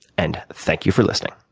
and thank you for listening.